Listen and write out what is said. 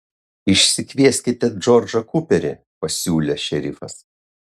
išsikvieskite džordžą kuperį pasiūlė šerifas